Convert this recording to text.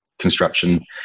Construction